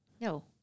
No